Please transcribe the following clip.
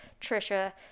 Trisha